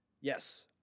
Yes